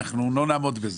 אנחנו לא נעמוד בזה.